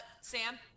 Sam